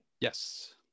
Yes